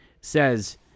says